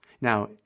Now